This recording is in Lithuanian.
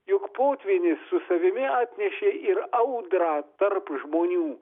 juk potvynis su savimi atnešė ir audrą tarp žmonių